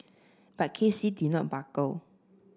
but K C did not buckle